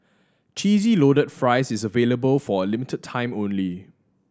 Cheesy Loaded Fries is available for a limit time only